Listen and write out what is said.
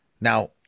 Now